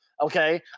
Okay